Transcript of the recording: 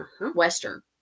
Western